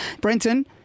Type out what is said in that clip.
Brenton